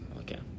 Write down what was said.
okay